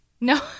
No